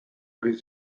hori